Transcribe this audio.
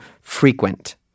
frequent